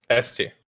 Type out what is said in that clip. ST